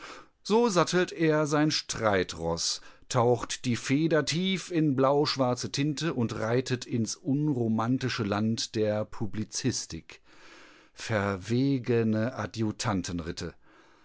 so sattelt er sein streitroß taucht die feder tief in blauschwarze tinte und reitet ins unromantische land der publizistik verwegene